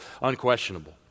unquestionable